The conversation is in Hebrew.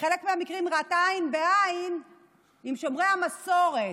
בחלק מהמקרים היא ראתה עין בעין עם שומרי המסורת,